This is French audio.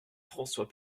françois